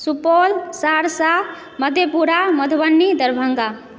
Supaul Saharsa Madhepura Madhubani Darbhanga